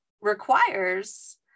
requires